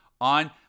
on